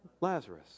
Lazarus